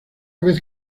vez